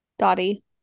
Dottie